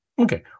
Okay